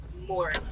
more